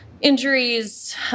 injuries